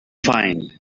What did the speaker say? find